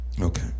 Okay